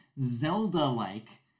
Zelda-like